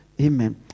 amen